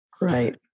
Right